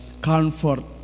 comfort